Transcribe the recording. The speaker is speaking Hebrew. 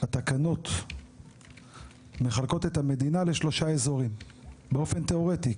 התקנות מחלקות את המדינה לשלושה אזורים באופן תיאורטי,